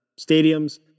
stadiums